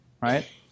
right